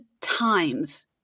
times